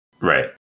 right